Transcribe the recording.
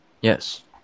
Yes